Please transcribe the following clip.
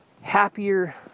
happier